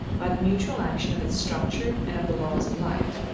by the mutual action of its structure and of the laws of light,